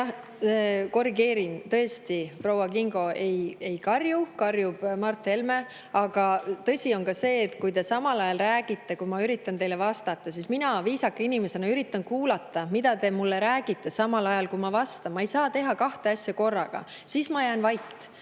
Jah, korrigeerin. Tõesti, proua Kingo ei karju, karjub Mart Helme. Aga tõsi on ka see, et kui te samal ajal räägite, kui ma üritan teile vastata, siis mina viisaka inimesena üritan kuulata, mida te mulle räägite samal ajal, kui ma vastan. Ma ei saa teha kahte asja korraga. Siis ma jään vait.